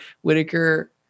Whitaker